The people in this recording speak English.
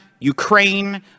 Ukraine